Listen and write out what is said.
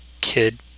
kid